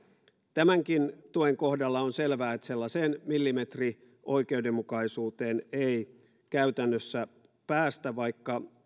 tämänkin tuen kohdalla on selvää että sellaiseen millimetrioikeudenmukaisuuteen ei käytännössä päästä vaikka